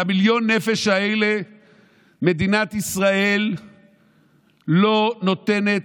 למיליון הנפשות האלה מדינת ישראל לא נותנת